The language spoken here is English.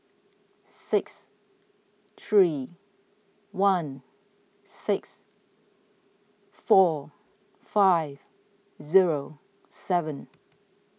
six three one six four five zero seven